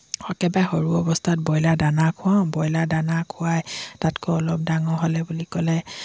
একেবাৰে সৰু অৱস্থাত ব্ৰইলাৰ দানা খুৱাওঁ ব্ৰইলাৰ দানা খুৱাই তাতকৈ অলপ ডাঙৰ হ'লে বুলি ক'লে